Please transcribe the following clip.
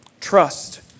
Trust